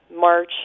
march